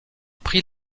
prit